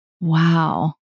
Wow